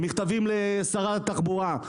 מכתבים לשרת התחבורה.